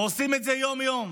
ועושים את זה יום-יום.